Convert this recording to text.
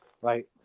right